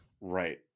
right